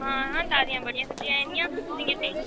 आं ताजियां बड़ियां सब्जियां आई दियां तुसेंगी केह् चाहिदा